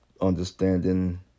understanding